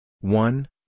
one